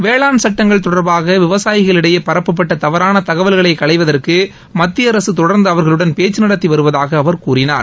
வேளாண் சட்டங்கள் தொடர்பாக விவசாயிகளிடையே பரப்பட்ட தவறான தகவல்களை களைவதற்கு மத்திய அரசு தொடர்ந்து அவர்களுடன் பேச்சு நடத்தி வருவதாக அவர் கூறினார்